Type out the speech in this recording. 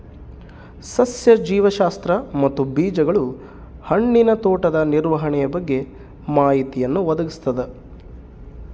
ಸಸ್ಯ ಜೀವಶಾಸ್ತ್ರ ಮತ್ತು ಬೀಜಗಳು ಹಣ್ಣಿನ ತೋಟದ ನಿರ್ವಹಣೆಯ ಬಗ್ಗೆ ಮಾಹಿತಿಯನ್ನು ಒದಗಿಸ್ತದ